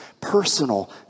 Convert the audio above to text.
personal